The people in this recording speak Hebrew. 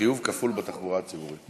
חיוב כפול בתחבורה הציבורית.